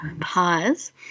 pause